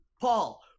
Paul